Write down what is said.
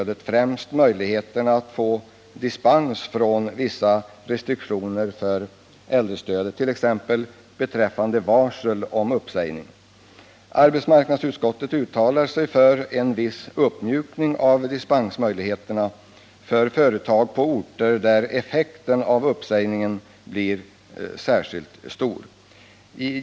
Det gäller främst möjligheterna att få dispens från vissa restriktioner i samband med äldrestödet, t.ex. sådana som avser varsel om uppsägning. Arbetsmarknadsutskottet uttalar sig för en viss uppmjukning av dispensmöjligheten för företag på orter där effekten av uppsägningen blir särskilt stor.